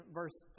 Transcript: verse